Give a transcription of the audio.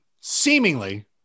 seemingly